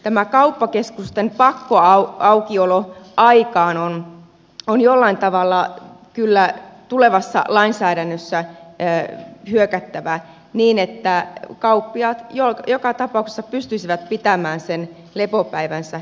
tähän kauppakeskusten pakkoaukioloaikaan on jollain tavalla kyllä tulevassa lainsäädännössä hyökättävä niin että kauppiaat joka tapauksessa pystyisivät pitämään sen lepopäivänsä